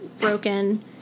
broken